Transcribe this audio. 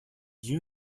you